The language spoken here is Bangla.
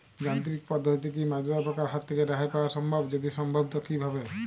যান্ত্রিক পদ্ধতিতে কী মাজরা পোকার হাত থেকে রেহাই পাওয়া সম্ভব যদি সম্ভব তো কী ভাবে?